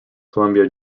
columbia